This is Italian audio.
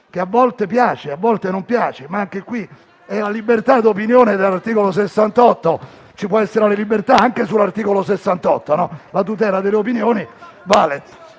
che a volte piace e a volte non piace. Ma anche qui è la libertà di opinione sull'articolo 68: ci può essere libertà anche sull'articolo 68 (la tutela delle opinioni vale).